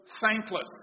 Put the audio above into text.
thankless